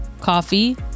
coffee